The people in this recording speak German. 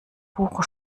buche